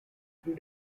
three